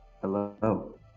hello